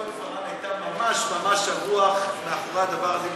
יעל כהן-פארן הייתה ממש ממש הרוח מאחורי הדבר הזה.